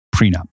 prenup